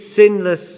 sinless